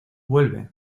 vuelve